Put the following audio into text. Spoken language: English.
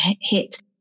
hit